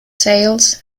sales